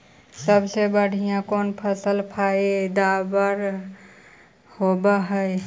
सबसे बढ़िया कौन फसलबा पइदबा होब हो?